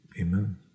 Amen